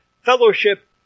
Fellowship